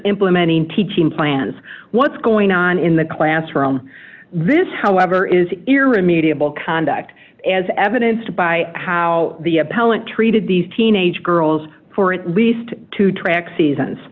implementing teaching plans what's going on in the classroom this however is irremediable conduct as evidenced by how the appellant treated these teenage girls for at least two track seasons